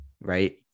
right